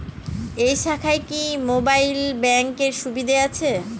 এই শাখায় কি মোবাইল ব্যাঙ্কের সুবিধা আছে?